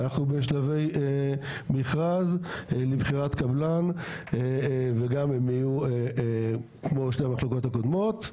אנחנו בשלבי מכרז לבחירת קבלן וגם הם יהיו כמו שתי המחלקות הקודמות.